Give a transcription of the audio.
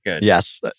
Yes